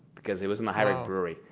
because it was in the heurich brewery.